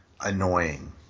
annoying